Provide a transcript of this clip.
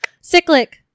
cyclic